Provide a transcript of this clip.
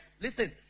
Listen